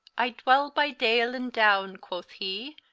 i dwell by dale and downe, quoth hee,